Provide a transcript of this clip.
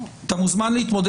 כל מהפכה שיוצאת לדרך היא